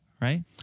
right